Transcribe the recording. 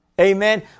Amen